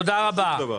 תודה רבה.